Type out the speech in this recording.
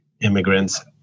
immigrants